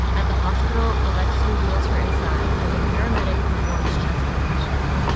at the hospital, alexiou wheels her inside as a paramedic performs chest compressions.